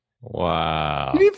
Wow